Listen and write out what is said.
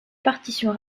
partition